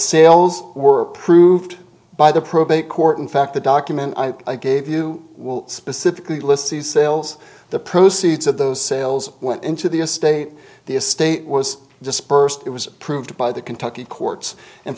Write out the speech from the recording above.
sales were approved by the probate court in fact the document i gave you will specifically list the sales the proceeds of those sales went into the estate the estate was dispersed it was approved by the kentucky courts and